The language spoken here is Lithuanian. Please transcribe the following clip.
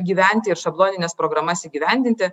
gyventi ir šablonines programas įgyvendinti